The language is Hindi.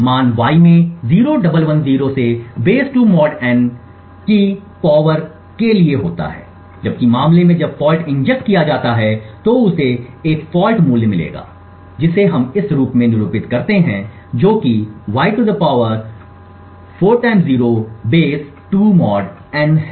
मान y में 0110 से बेस 2 मॉड n की शक्ति के लिए होता है जबकि मामले में जब फॉल्ट इंजेक्ट किया जाता है तो उसे एक गलत मूल्य मिलेगा जिसे हम इस रूप में निरूपित करते हैं जो कि y 0000 base 2 mod n है